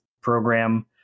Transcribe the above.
program